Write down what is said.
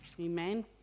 Amen